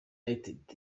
united